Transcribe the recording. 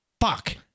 fuck